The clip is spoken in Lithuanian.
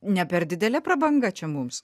ne per didelė prabanga čia mums